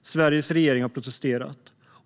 och Sveriges regering har protesterat.